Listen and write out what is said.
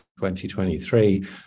2023